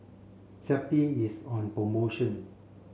Zappy is on promotion